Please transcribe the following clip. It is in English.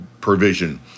provision